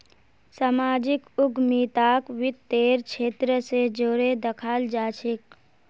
सामाजिक उद्यमिताक वित तेर क्षेत्र स जोरे दखाल जा छेक